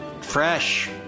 fresh